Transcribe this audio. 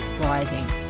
Rising